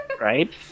right